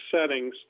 settings